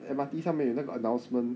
M_R_T 上面有那个 announcement